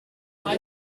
non